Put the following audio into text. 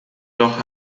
doch